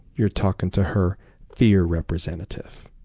you're talking to her fear representative.